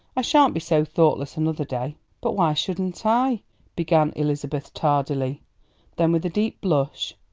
i sha'n't be so thoughtless another day. but why shouldn't i began elizabeth tardily then with a deep blush.